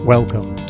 Welcome